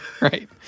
right